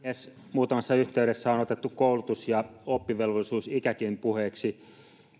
muutamassa yhteydessä on otettu koulutus ja oppivelvollisuusikäkin puheeksi